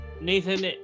Nathan